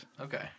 Okay